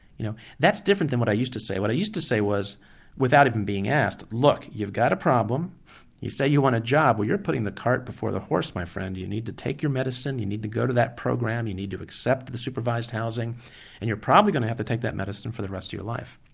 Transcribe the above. you know that's different to what i used to say, what i used to say was without even being asked, look you've got a problem you say you want a job, well you're putting the cart before the horse my friend, you you need to take your medicine, you need to go to that program, you need to accept the supervised housing and you're probably going to have to take that medicine for the rest of your life.